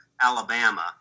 Alabama